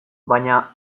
baina